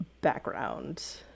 background